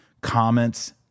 comments